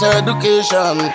education